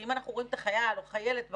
אם אנחנו רואים את החייל או החיילת בקצה,